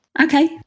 Okay